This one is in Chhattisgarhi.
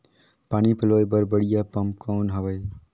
पानी पलोय बर बढ़िया पम्प कौन हवय?